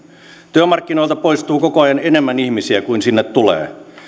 työmarkkinoilta poistuu koko ajan enemmän ihmisiä kuin sinne tulee ja